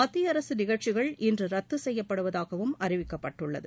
மத்திய அரசு நிகழ்ச்சிகள் இன்று ரத்து செய்யப்படுவதாகவும் அறிவிக்கப்பட்டுள்ளது